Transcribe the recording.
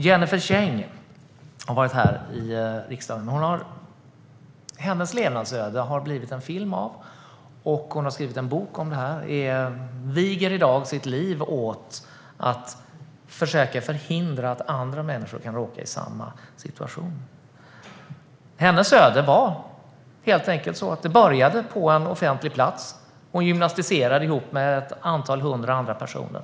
Jennifer Zeng är en av dem som har varit här. Hennes levnadsöde har blivit film, och hon har skrivit en bok om det. Hon viger i dag sitt liv åt att försöka att förhindra att andra människor hamnar i samma situation. Hennes öde i samband med detta började på en offentlig plats, där hon gymnastiserade tillsammans med ett antal hundra andra personer.